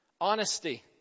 Honesty